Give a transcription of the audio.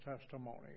testimony